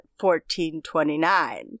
1429